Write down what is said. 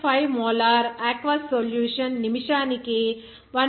5 molar aqueous solution నిమిషానికి 1